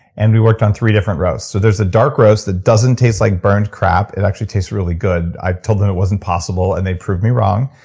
and we worked on three different roasts so there's a dark roast that doesn't taste like burnt crap. it actually tastes really good. i told them it wasn't possible, and they proved me wrong.